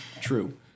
True